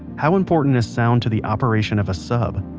how important is sound to the operation of a sub?